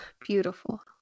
Beautiful